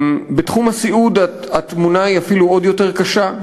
בתחום הסיעוד התמונה אפילו עוד יותר קשה.